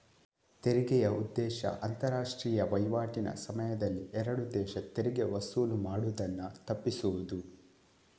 ತೆರಿಗೆಯ ಉದ್ದೇಶ ಅಂತಾರಾಷ್ಟ್ರೀಯ ವೈವಾಟಿನ ಸಮಯದಲ್ಲಿ ಎರಡು ದೇಶ ತೆರಿಗೆ ವಸೂಲು ಮಾಡುದನ್ನ ತಪ್ಪಿಸುದು